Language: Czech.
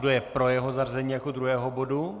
Kdo je pro jeho zařazení jako druhého bodu?